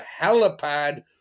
Halipad